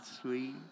sweet